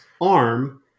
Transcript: arm